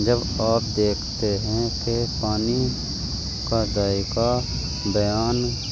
جب آپ دیکھتے ہیں کہ پانی کا ذائقہ بیان